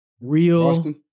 Real